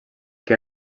que